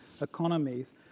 economies